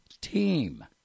team